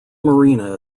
marina